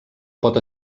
pot